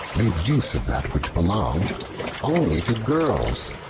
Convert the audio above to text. made use of that which belonged only to girls.